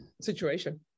situation